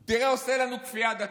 תראה, הוא עושה לנו כפייה דתית.